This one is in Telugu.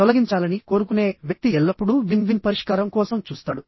తొలగించాలని కోరుకునే వ్యక్తి ఎల్లప్పుడూ విన్ విన్ పరిష్కారం కోసం చూస్తాడు